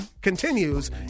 continues